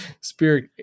Spirit